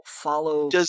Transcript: follow